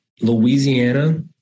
Louisiana